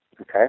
okay